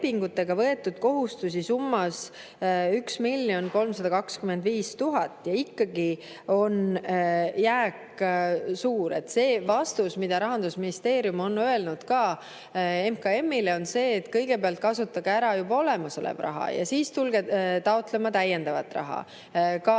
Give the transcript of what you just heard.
võetud kohustusi summas 1 325 000 [eurot] ja ikkagi on jääk suur. See vastus, mida Rahandusministeerium on öelnud ka MKM‑ile, on see, et kõigepealt kasutage ära juba olemas olev raha ja siis tulge taotlema täiendavat raha